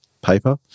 paper